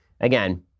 again